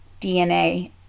DNA